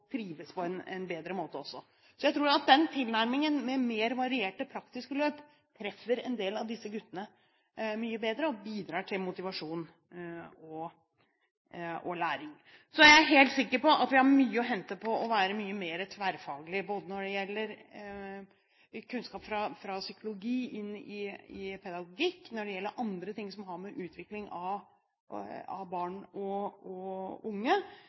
på en bedre måte også. Så jeg tror at den tilnærmingen med mer varierte praktiske løp treffer en del av disse guttene mye bedre og bidrar til motivasjon og læring. Så er jeg helt sikker på at vi har mye å hente på å være mye mer tverrfaglig, både når det gjelder kunnskap fra psykologi inn i pedagogikk, og når det gjelder andre ting som har å gjøre med utvikling av barn og unge.